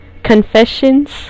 Confessions